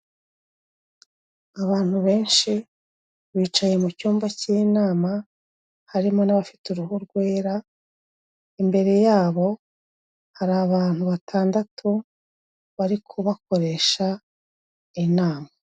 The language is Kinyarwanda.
Abantu benshi bicaye mu cyumba cy'inama harimo n'abafite uruhu rwera, imbere yabo hari abantu batandatu bari kubakoresha inama.